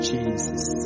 Jesus